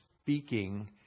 speaking